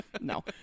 No